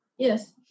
Yes